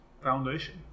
foundation